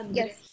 Yes